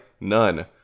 none